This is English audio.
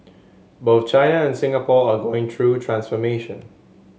both China and Singapore are going through transformation